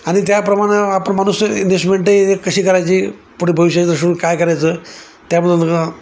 आणि त्याप्रमाणं आपण माणूस इन्वेहेस्टमेंटं आहे कशी करायची पुढे भविष्यात काय करायचं त्याबद्दल